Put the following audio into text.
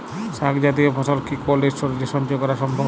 শাক জাতীয় ফসল কি কোল্ড স্টোরেজে সঞ্চয় করা সম্ভব?